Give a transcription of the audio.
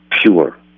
pure